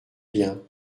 bien